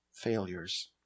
Failures